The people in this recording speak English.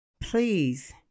please